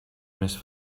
més